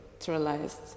neutralized